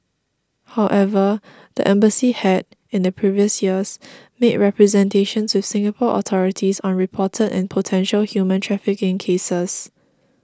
however the embassy had in the previous years made representations with Singapore authorities on reported and potential human trafficking cases